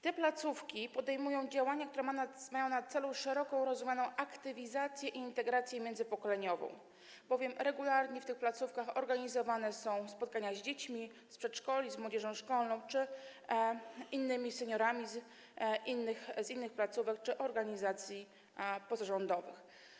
Te placówki podejmują działania, które mają na celu szeroko rozumianą aktywizację i integrację międzypokoleniową, bowiem regularnie w tych placówkach organizowane są spotkania z dziećmi z przedszkoli, z młodzieżą szkolną czy seniorami z innych placówek lub organizacji pozarządowych.